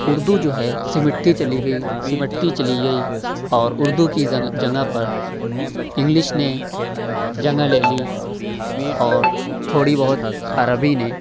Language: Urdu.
اردو جو ہے سمٹتی چلی گئی سمٹتی چلی گئی اور اردو کی جگہ پر انگلش نے جگہ لے لی اور تھوڑی بہت عربی نے